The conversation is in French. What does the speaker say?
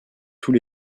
tous